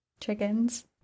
chickens